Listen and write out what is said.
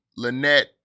Lynette